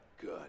good